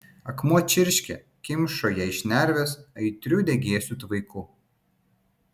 akmuo čirškė kimšo jai šnerves aitriu degėsių tvaiku